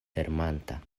tremanta